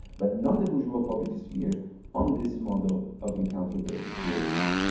but not the bourgeois public sphere on this model of encountered with europeans.